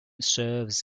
serves